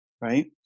Right